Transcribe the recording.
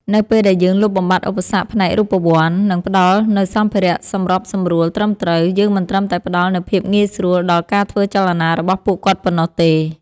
នៅពេលដែលយើងលុបបំបាត់ឧបសគ្គផ្នែករូបវន្ត និងផ្ដល់នូវសម្ភារៈសម្របសម្រួលត្រឹមត្រូវ យើងមិនត្រឹមតែផ្ដល់នូវភាពងាយស្រួលដល់ការធ្វើចលនារបស់ពួកគាត់ប៉ុណ្ណោះទេ។